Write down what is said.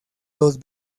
dos